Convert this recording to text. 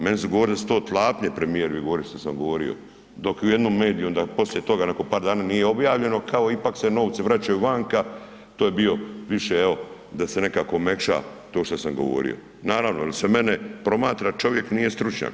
Meni su govorili da su to tlapnje, premijer mi govorio što sam govorio, dok u jednom mediju onda poslije toga nakon par dana nije objavljeno, kao ipak se novci vraćaju vanka, to je bio više evo da se nekako omekša to što sam govorio, naravno jer se mene promatra čovjek nije stručnjak.